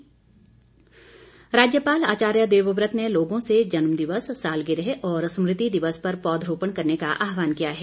राज्यपाल राज्यपाल आचार्य देवव्रत ने लोगों से जन्मदिवस सालगिरह और स्मृति दिवस पर पौधारोपण करने का आहवान किया है